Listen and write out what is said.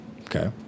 Okay